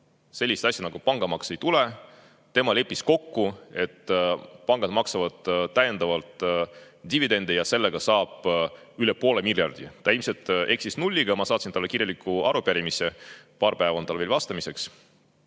sellist asja nagu pangamaks ei tule, et tema on kokku leppinud, et pangad maksavad täiendavalt dividende ja nii saab üle poole miljardi. Ta ilmselt eksis nulliga. Ma saatsin talle kirjaliku arupärimise. Paar päeva on tal veel vastamiseks,